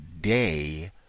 day